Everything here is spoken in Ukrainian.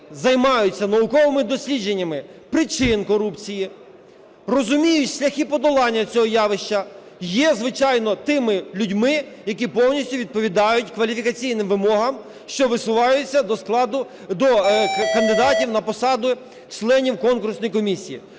займаються науковими дослідженнями причин корупції, розуміють шляхи подолання цього явища, є, звичайно, тими людьми, які повністю відповідають кваліфікаційним вимогам, що висуваються до складу... до кандидатів на посаду членів конкурсної комісії.